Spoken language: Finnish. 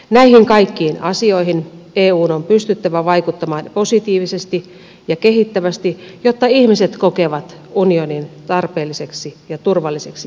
näihin kaikkiin asioihin eun on pystyttävä vaikuttamaan positiivisesti ja kehittävästi jotta ihmiset kokevat unionin tarpeelliseksi ja turvalliseksi järjestelmäksi